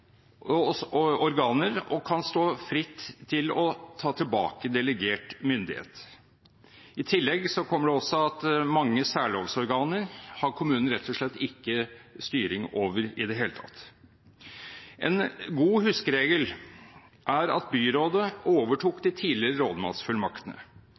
organer og kan stå fritt til å ta tilbake delegert myndighet. I tillegg kommer det også at mange særlovsorganer har kommunen rett og slett ikke styring over i det hele tatt. En god huskeregel er at byrådet overtok